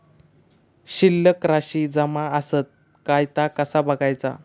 शिल्लक राशी जमा आसत काय ता कसा बगायचा?